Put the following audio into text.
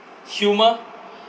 humour